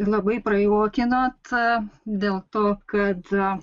labai prajuokinot dėl to kad